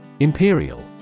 Imperial